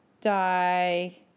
die